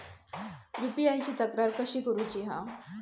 UPI ची तक्रार कशी करुची हा?